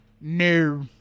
No